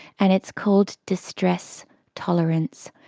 and it's called distress tolerance.